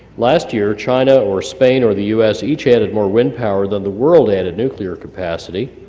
last year china or spain or the u s. each added more wind power than the world added nuclear capacity,